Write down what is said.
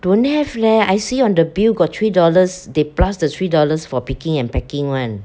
don't have leh I see on the bill got three dollars they plus the three dollars for picking and packing one